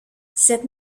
cette